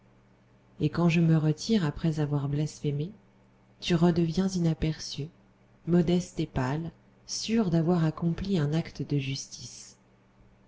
et quand je me retire après avoir blasphémé tu redeviens inaperçue modeste et pâle sûre d'avoir accompli un acte de justice